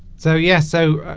so yes so